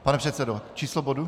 Pane předsedo, číslo bodu?